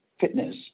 fitness